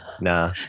Nah